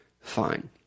Fine